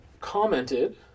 commented